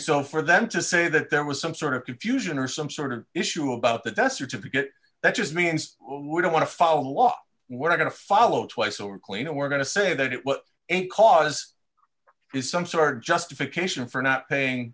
so for them to say that there was some sort of confusion or some sort of issue about the death certificate that just means we don't want to follow the law we're going to follow twice or clean it we're going to say that it was a cause is some sort of justification for not paying